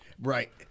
Right